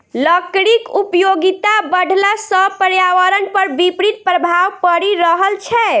लकड़ीक उपयोगिता बढ़ला सॅ पर्यावरण पर विपरीत प्रभाव पड़ि रहल छै